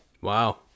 Wow